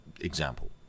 example